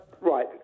Right